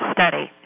Study